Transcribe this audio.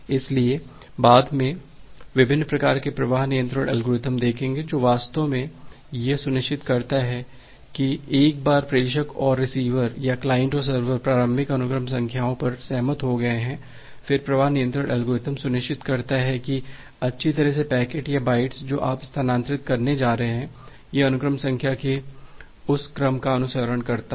इसलिए बाद में विभिन्न प्रकार के प्रवाह नियंत्रण एल्गोरिदम देखेंगे जो वास्तव में यह सुनिश्चित करता है कि एक बार प्रेषक और रिसीवर या क्लाइंट और सर्वर प्रारंभिक अनुक्रम संख्याओं पर सहमत हो गए हैं फिर प्रवाह नियंत्रण एल्गोरिथ्म सुनिश्चित करता है कि अच्छी तरह से पैकेट या बाइट्स जो आप स्थानांतरित करने जा रहे हैं यह अनुक्रम संख्या के उस क्रम का अनुसरण करता है